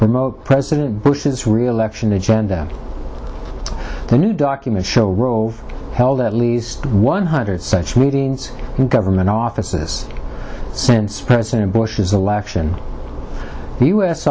promote president bush's reelection agenda the new document show rove held at least one hundred such meetings in government offices since president bush's election